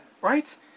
Right